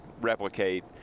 replicate